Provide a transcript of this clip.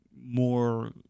more